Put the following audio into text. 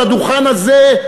על הדוכן הזה,